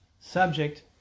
subject